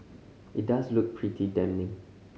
it does look pretty damning